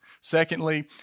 Secondly